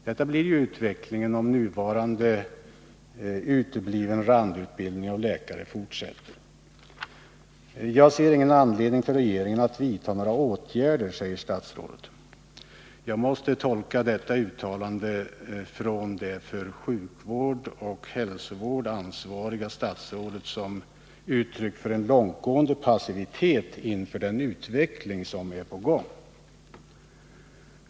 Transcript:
Det blir ju en sådan utveckling, om nuvarande utebliven randutbildning av läkare fortsätter. Statsrådet säger att hon inte ser någon anledning för regeringen att vidta några åtgärder. Jag måste tolka detta uttalande från det för sjukvård och hälsovård ansvariga statsrådet som uttryck för en långtgående passivitet inför den utveckling som är på gång.